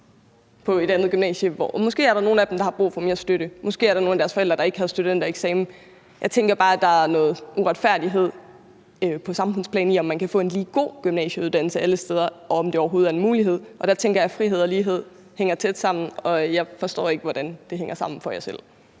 på et andet gymnasie. Måske er der nogle af dem, der har brug for mere støtte, og måske er der nogle af deres forældre, der ikke har en studentereksamen. Jeg tænker bare, at der på samfundsplan er noget uretfærdigt i, at det er usikkert, om man kan få en lige god gymnasieuddannelse alle steder, og om det overhovedet er en mulighed. Der tænker jeg, at frihed og lighed hænger tæt sammen, og jeg forstår ikke, hvordan det hænger sammen for jer selv.